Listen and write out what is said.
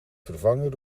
vervangen